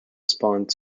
spawned